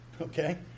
Okay